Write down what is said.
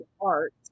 art